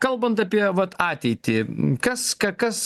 kalbant apie vat ateitį kas ką kas